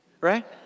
right